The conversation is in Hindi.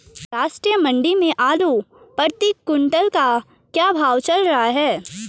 राष्ट्रीय मंडी में आलू प्रति कुन्तल का क्या भाव चल रहा है?